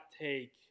take